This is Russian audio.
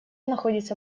находится